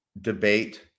debate